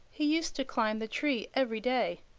he used to climb the tree every day,